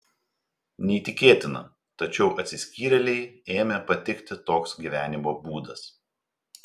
neįtikėtina tačiau atsiskyrėlei ėmė patikti toks gyvenimo būdas